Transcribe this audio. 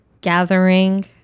gathering